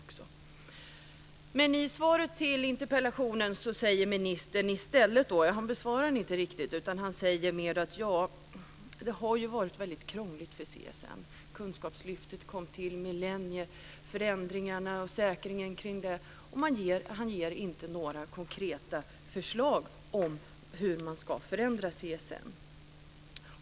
Ministern besvarar inte riktigt interpellationen i sitt svar, utan vad han säger är mer att det har varit väldigt krångligt för CSN - Kunskapslyftet kom till, liksom millennieförändringarna och säkringen kring det. Han ger inte några konkreta förslag om hur CSN ska förändras.